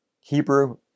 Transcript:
Hebrew